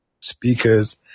speakers